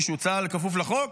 צה"ל כפוף לחוק?